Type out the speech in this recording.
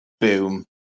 Boom